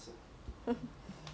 and maybe because like